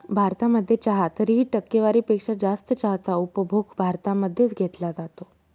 भारतामध्ये चहा तरीही, टक्केवारी पेक्षा जास्त चहाचा उपभोग भारतामध्ये च घेतला जातो